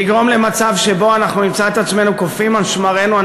וזה יגרום למצב שבו אנחנו נמצא את עצמנו קופאים על שמרינו.